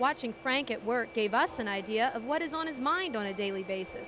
watching frank at work gave us an idea of what is on his mind on a daily basis